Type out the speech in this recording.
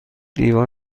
لیوان